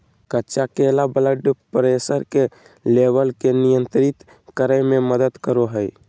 कच्चा केला blood pressure के लेवल के नियंत्रित करय में मदद करो हइ